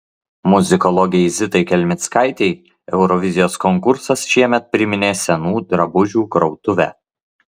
muzikologei zitai kelmickaitei eurovizijos konkursas šiemet priminė senų drabužių krautuvę